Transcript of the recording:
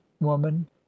woman